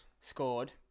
Scored